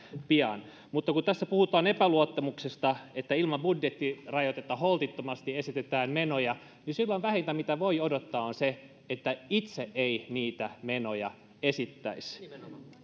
pian mutta kun tässä puhutaan epäluottamuksesta että ilman budjettirajoitetta holtittomasti esitetään menoja niin silloin vähintä mitä voi odottaa on se että itse ei niitä menoja esittäisi